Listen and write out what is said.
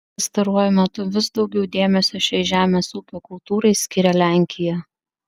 pastaruoju metu vis daugiau dėmesio šiai žemės ūkio kultūrai skiria lenkija